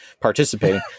participating